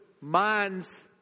minds